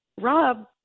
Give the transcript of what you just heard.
Rob